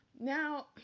Now